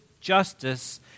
justice